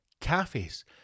Cafes